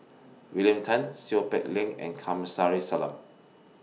William Tan Seow Peck Leng and Kamsari Salam